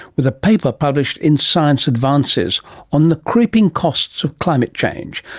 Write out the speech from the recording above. with a paper published in science advances on the creeping costs of climate change.